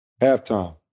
Halftime